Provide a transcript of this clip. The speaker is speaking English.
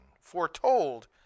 foretold